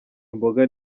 imboga